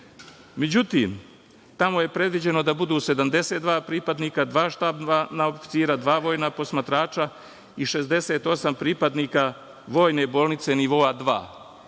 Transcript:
Međutim, tamo je predviđeno da budu 72 pripadnika, dva štabna oficira, dva vojna posmatrača i 68 pripadnika Vojne bolnice, nivoa 2.